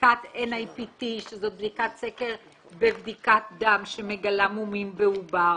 בדיקת NIPT שזאת בדיקת סקר בבדיקת דם שמגלה מומים בעובר,